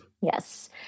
yes